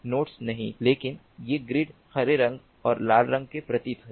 nodes नहीं लेकिन ये ग्रिड हरे रंग और लाल रंग के प्रतीक हैं